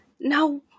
Now